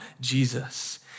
Jesus